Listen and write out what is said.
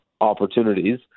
opportunities